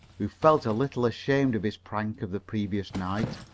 who felt a little ashamed of his prank of the previous night.